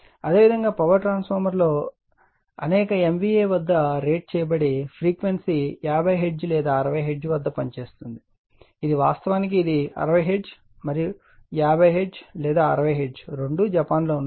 అదేవిధంగా power transformer లో అనేక MVA వద్ద రేట్ చేయబడి ఫ్రీక్వెన్సీ 50 హెర్ట్జ్ లేదా 60 హెర్ట్జ్ వద్ద పనిచేస్తుంది ఇది వాస్తవానికి ఇది 60 హెర్ట్జ్ మరియు 50 హెర్ట్జ్ లేదా 60 హెర్ట్జ్ రెండూ జపాన్లో ఉన్నాయి